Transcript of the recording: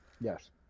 Yes